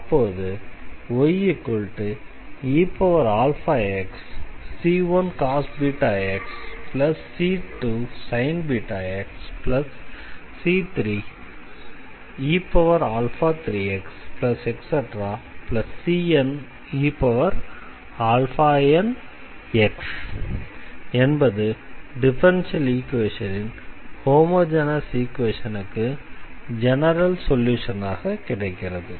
அப்போது yeαxc1cos βx c2sin βx c3e3xcnenx என்பது differential ஈக்வேஷனின் ஹோமொஜெனஸ் ஈக்வேஷனுக்கு ஜெனரல் சொல்யூஷனாக கிடைக்கிறது